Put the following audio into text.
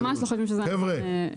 חבר'ה,